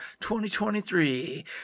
2023